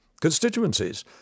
constituencies